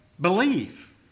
believe